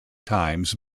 times